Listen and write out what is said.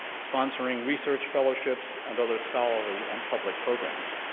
sponsoring research fellowships and other scholarly and public programs.